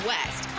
West